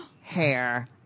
hair